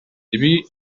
diví